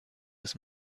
his